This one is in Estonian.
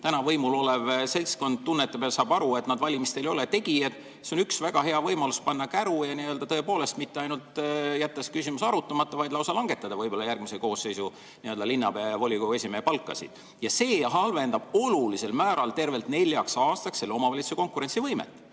täna võimul olev seltskond tunnetab ja saab aru, et nad valimistel ei ole tegijad, siis see on üks väga hea võimalus käru [keerata] ja tõepoolest mitte ainult jätta see küsimus arutamata, vaid lausa langetada järgmise koosseisu linnapea ja volikogu esimehe palkasid. See halvendab olulisel määral tervelt neljaks aastaks omavalitsuse konkurentsivõimet.